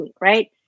right